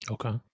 Okay